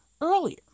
earlier